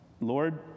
Lord